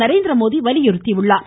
நரேந்திரமோடி வலியுறுத்தியுள்ளார்